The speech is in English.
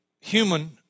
human